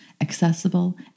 accessible